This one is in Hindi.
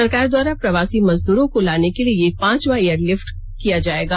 सरकार द्वारा प्रवासी मजदूरों को लाने के लिए यह पांचवां एयर लिफ्ट किया जायेगा